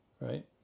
right